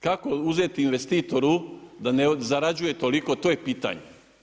Kako uzeti investitoru da ne zarađuje toliko to je pitanje.